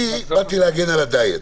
אני באתי להגן על הדיאט,